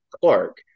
Clark